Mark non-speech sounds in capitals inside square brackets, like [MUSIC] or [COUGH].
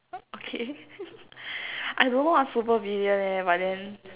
okay [LAUGHS] I don't know what super villain leh but then